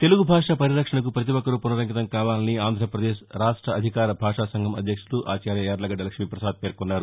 తెలుగు భాష పరిరక్షణకు పతి ఒక్కరూ పునరంకితం కావాలని ఆంధ్రపదేశ్ రాష్ట అధికార భాష సంఘం అధ్యక్షుడు ఆచార్య యార్లగడ్డ లక్ష్మీ పసాద్ పేర్కొన్నారు